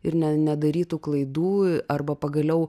ir ne nedarytų klaidų arba pagaliau